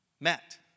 met